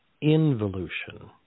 involution